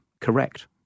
correct